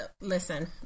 Listen